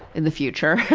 and the future.